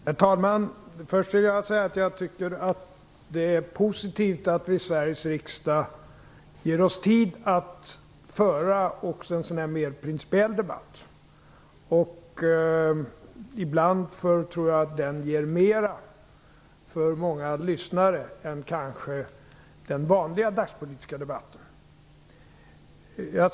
Herr talman! Först vill jag säga att jag tycker att det är positivt att vi i Sveriges riksdag ger oss tid att föra också en så här mer principiell debatt. Jag tror att den ibland för många lyssnare ger mer än den vanliga dagspolitiska debatten.